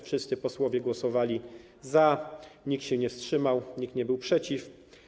Wszyscy posłowie głosowali za, nikt się nie wstrzymał, nikt nie był przeciw.